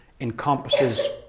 encompasses